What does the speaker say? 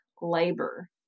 labor